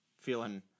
feeling